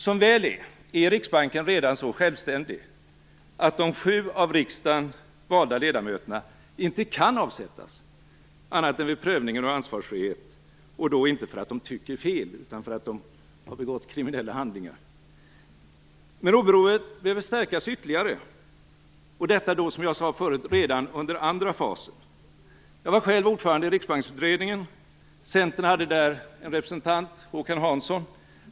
Som väl är, är Riksbanken redan så självständig att de sju av riksdagen valda ledamöterna inte kan avsättas annat än vid prövningen av ansvarsfrihet - och då inte för att de tycker fel utan för att de har begått kriminella handlingar. Men oberoendet behöver stärkas ytterligare, och det redan under andra fasen, som jag tidigare sade. Jag har själv varit ordförande i Riksbanksutredningen. Centern hade en representant där, Håkan Hansson.